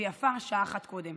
ויפה שעה אחת קודם.